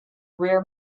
greer